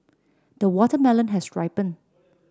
the watermelon has ripened